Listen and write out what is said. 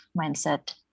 mindset